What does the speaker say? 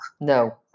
no